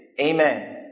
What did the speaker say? Amen